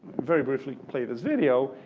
very briefly play this video.